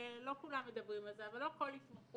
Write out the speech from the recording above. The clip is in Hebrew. ולא כולם מדברים על זה אבל לא כל התמחות